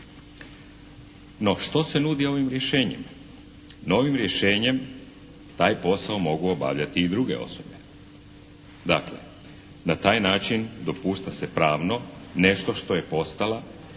No što se nudi ovim rješenjem? Novim rješenjem taj posao mogu obavljati i druge osobe. Dakle na taj način dopušta se pravno nešto što je postala